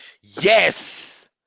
Yes